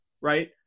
right